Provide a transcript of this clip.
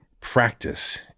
practice